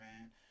man